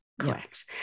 Correct